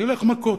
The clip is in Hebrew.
נלך מכות.